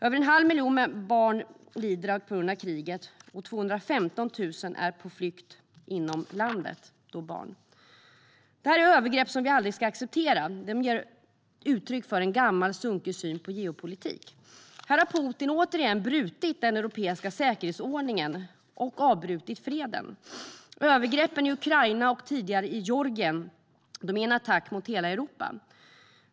Över en halv miljon barn lider på grund av kriget, och 215 000 barn är på flykt inom landet. Det här är övergrepp som vi aldrig ska acceptera. De är uttryck för en gammal sunkig syn på geopolitik. Här har Putin återigen brutit den europeiska säkerhetsordningen och avbrutit freden. Övergreppen i Ukraina och tidigare i Georgien är attacker på hela Europa.